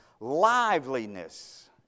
liveliness